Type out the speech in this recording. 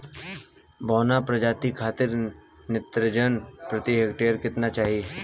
बौना प्रजाति खातिर नेत्रजन प्रति हेक्टेयर केतना चाही?